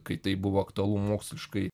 kai tai buvo aktualu moksliškai